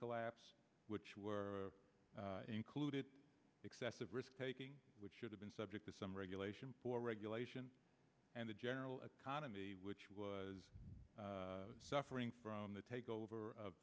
collapse which were included excessive risk taking which should have been subject to some regulation for regulation and the general autonomy which was suffering from the takeover of